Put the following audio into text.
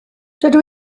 dydw